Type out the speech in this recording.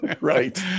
Right